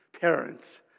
parents